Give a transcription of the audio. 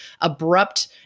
abrupt